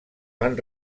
van